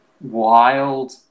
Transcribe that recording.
wild